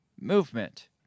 movement